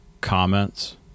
comments